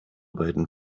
beiden